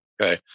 okay